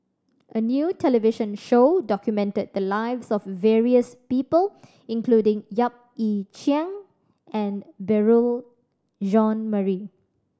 a new television show documented the lives of various people including Yap Ee Chian and Beurel Jean Marie